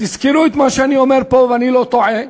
תזכרו את מה שאני אומר פה, ואני לא טועה: